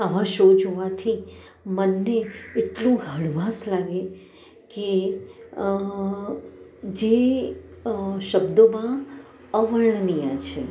આવા શો જોવાથી મનને એટલું હળવાશ લાગે કે જે શબ્દોમાં અવર્ણનીય છે